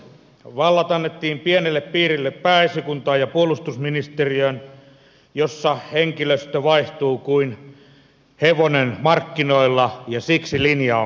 vallat annettiin pienelle piirille pääesikuntaan ja puolustusministeriöön jossa henkilöstö vaihtuu kuin hevonen markkinoilla ja siksi linja on kadonnut